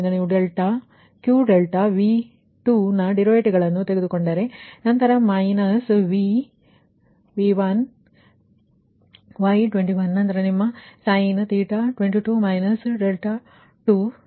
ಆದ್ದರಿಂದ ನೀವು delta Q2 delta V2 ನ ಡರಿವಿಟಿವಗಳನ್ನು ತೆಗೆದುಕೊಂಡರೆ ನಂತರ ಮೈನಸ್ V1 Y21 ನಂತರ ನಿಮ್ಮ 21 21 2V2Y22 V3Y23 23 23